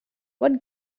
what